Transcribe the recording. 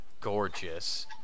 gorgeous